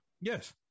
Yes